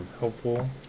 Helpful